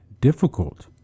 difficult